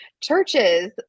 churches